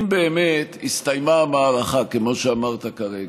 אם באמת הסתיימה המערכה, כמו שאמרת כרגע,